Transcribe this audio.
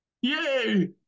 Yay